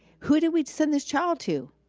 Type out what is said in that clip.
who did we'd send this child to?